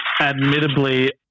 admittedly